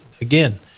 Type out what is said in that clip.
Again